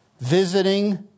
visiting